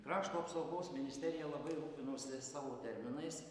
krašto apsaugos ministerija labai rūpinosi savo terminais